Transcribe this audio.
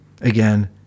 again